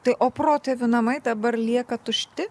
tai o protėvių namai dabar lieka tušti